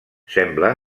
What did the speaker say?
sembla